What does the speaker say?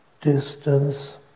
distance